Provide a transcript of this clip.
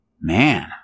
Man